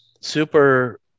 super